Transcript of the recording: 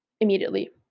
immediately